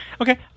Okay